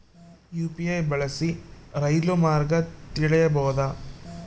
UPI ಬಳಸಿ ರೈಲು ಮಾರ್ಗ ತಿಳೇಬೋದ?